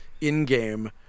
in-game